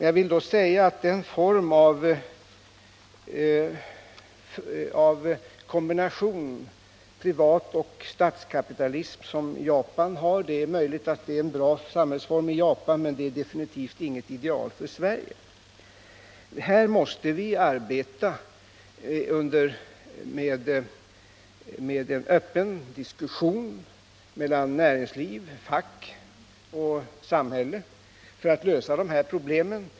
Jag vill då säga att den kombination av privatoch statskapitalism som Japan har möjligen är en bra samhällsform i Japan, men det är definitivt inget ideal för Sverige. Här måste vi arbeta genom en öppen diskussion mellan näringsliv, fack och samhälle för att lösa dessa problem.